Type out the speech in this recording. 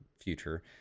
future